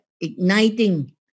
igniting